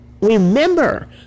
remember